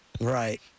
Right